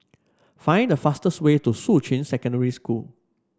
find the fastest way to Shuqun Secondary School